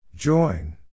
Join